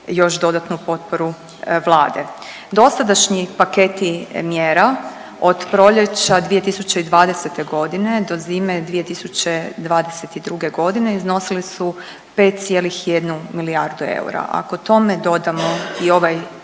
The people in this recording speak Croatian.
još dodatnu potporu Vlade. Dosadašnji paketi mjera od proljeća 2020. godine do zime 2022. godine iznosili su 5,1 milijardu eura. Ako tome dodamo i ovaj